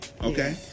Okay